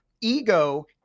ego